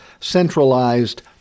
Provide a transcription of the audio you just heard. centralized